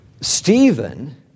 Stephen